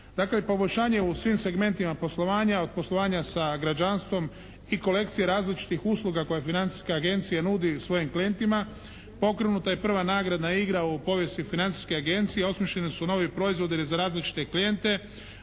Dakle, poboljšanje u svim segmentima poslovanja, od poslovanja sa građanstvom i kolekcije različitih usluga koje Financijska agencija nudi svojim klijentima. Pokrenuta je prva nagradna igra u povijesti Financijske agencije, osmišljeni su novi proizvodi za različite klijente.